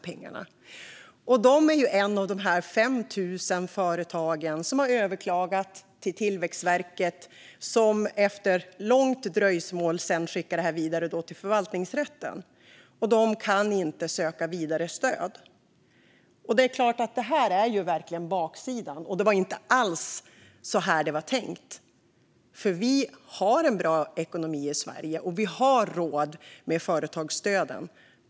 Deras företag är ett av de 5 000 som har överklagat till Tillväxtverket, som efter ett långt dröjsmål skickade detta vidare till förvaltningsrätten, och de kan inte söka andra stöd. Det här är verkligen baksidan. Det var såklart inte alls så här det var tänkt. Vi har bra ekonomi i Sverige, och vi har råd med företagsstöden.